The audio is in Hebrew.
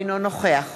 אינו נוכח